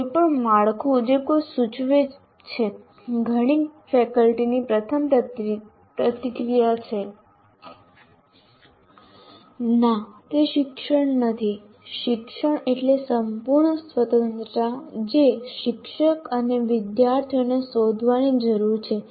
કોઈ પણ માળખું જે કોઈ સૂચવે છે ઘણી ફેકલ્ટીની પ્રથમ પ્રતિક્રિયા છે ના તે શિક્ષણ નથી શિક્ષણ એટલે સંપૂર્ણ સ્વતંત્રતા જે શિક્ષક અને વિદ્યાર્થીઓએ શોધવાની જરૂર છે